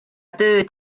tööd